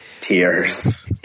Tears